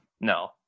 No